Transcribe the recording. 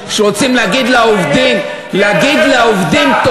כשרוצים להגיד לעובדים תודה,